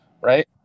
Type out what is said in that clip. right